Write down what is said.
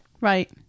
Right